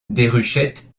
déruchette